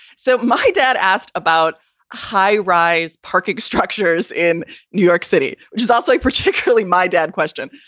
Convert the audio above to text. so my dad asked about high rise parking structures in new york city, which is also a particularly my dad question,